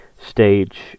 stage